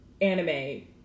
anime